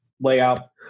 layout